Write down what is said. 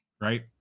right